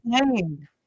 playing